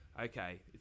okay